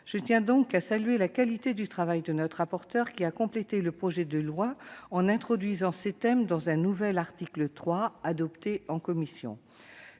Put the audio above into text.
Je tiens ici à saluer la qualité du travail de notre rapporteur, qui a complété le projet de loi, en introduisant ces thèmes dans un nouvel article 3 adopté en commission.